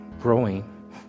growing